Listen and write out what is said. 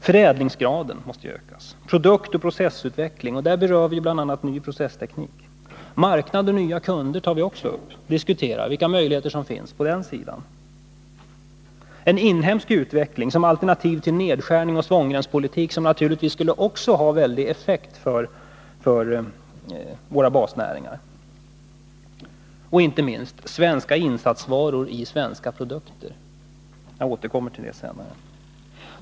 Förädlingsgraden måste ökas, och det måste ske en utveckling av produkter och processer. Vi diskuterar vilka möjligheter som finns att komma in på nya marknader. En inhemsk utveckling som alternativ till nedskärning och svångremspolitik skulle naturligtvis ha en väldig effekt för våra basnäringar. Inte minst viktigt är att öka andelen svenska insatsvaror i svenska produkter — jag återkommer till det sedan.